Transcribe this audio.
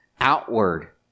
outward